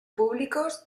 públicos